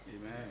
Amen